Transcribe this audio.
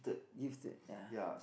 lift it ya